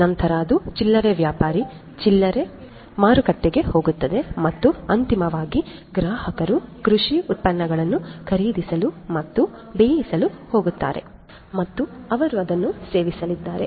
ನಂತರ ಅದು ಚಿಲ್ಲರೆ ವ್ಯಾಪಾರಿ ಚಿಲ್ಲರೆ ಮಾರುಕಟ್ಟೆಗೆ ಹೋಗುತ್ತದೆ ಮತ್ತು ಅಂತಿಮವಾಗಿ ಗ್ರಾಹಕರು ಕೃಷಿ ಉತ್ಪನ್ನಗಳನ್ನು ಖರೀದಿಸಲು ಮತ್ತು ಬೇಯಿಸಲು ಹೋಗುತ್ತಾರೆ ಮತ್ತು ಅವರು ಅದನ್ನು ಸೇವಿಸಲಿದ್ದಾರೆ